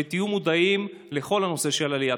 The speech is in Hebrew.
תהיו מודעים לכל הנושא של העלייה.